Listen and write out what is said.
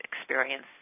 experience